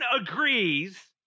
agrees